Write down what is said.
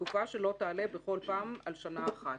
לתקופה שלא תעלה בכל פעם על שנה אחת.